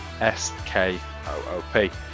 S-K-O-O-P